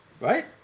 Right